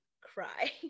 cry